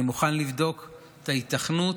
אני מוכן לבדוק את ההיתכנות,